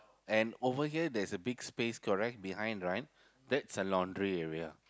and over here there's a big space correct behind right that's the laundry area